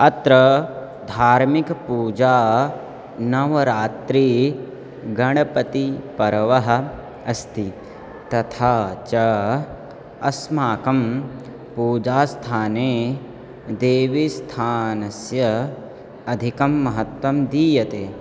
अत्र धार्मिक पूजा नवरात्री गणपतिपर्व अस्ति तथा च अस्माकं पूजास्थाने देवीस्थानस्य अधिकं महत्त्वं दीयते